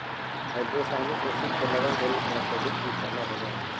hydrocyanic acid के लवण के रूप में अत्यधिक विषैला होव हई